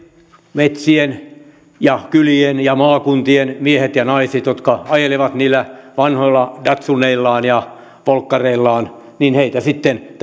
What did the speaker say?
metsien ja kylien ja maakuntien miehiä ja naisia jotka ajelevat niillä vanhoilla datsuneillaan ja volkkareillaan sitten